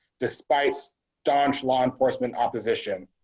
despite dodge law enforcement opposition.